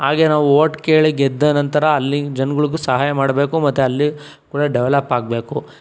ಹಾಗೆ ನಾವು ಓಟ್ ಕೇಳಿ ಗೆದ್ದ ನಂತರ ಅಲ್ಲಿನ ಜನಗಳಿಗೂ ಸಹಾಯ ಮಾಡಬೇಕು ಮತ್ತೆ ಅಲ್ಲಿ ಕೂಡ ಡೆವಲಪ್ ಆಗಬೇಕು